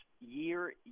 year